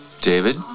David